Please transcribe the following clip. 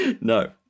No